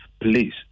police